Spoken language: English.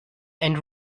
and